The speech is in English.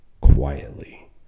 quietly